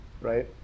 right